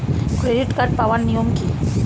Credit card পাওয়ার নিয়ম কী?